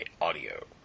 Audio